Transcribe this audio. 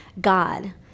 God